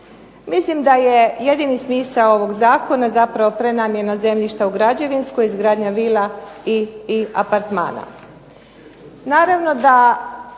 Mislim da je jedini smisao ovog zakona zapravo prenamjena zemljišta u građevinsko izgradnja vila i apartmana.